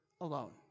alone